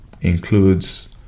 includes